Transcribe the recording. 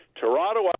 Toronto